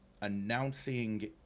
announcing